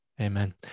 Amen